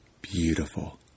beautiful